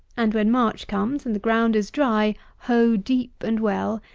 and when march comes, and the ground is dry, hoe deep and well,